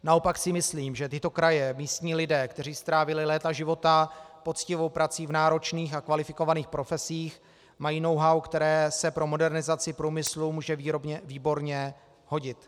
Naopak si myslím, že tyto kraje, místní lidé, kteří strávili léta života poctivou prací v náročných a kvalifikovaných profesích, mají knowhow, které se pro modernizaci průmyslu může výborně hodit.